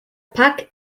pack